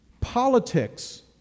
politics